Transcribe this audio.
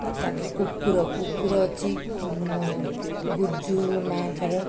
ତା କୁକୁର କୁକୁର ଅଛି ଗୁଜୁ ନାଁ ତାର